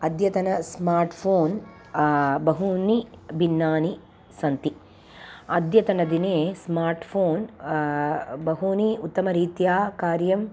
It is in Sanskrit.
अद्यतन स्मार्ट् फ़ोन् बहूनि भिन्नानि सन्ति अद्यतन दिने स्मार्ट् फ़ोन् बहूनि उत्तमरीत्या कार्यं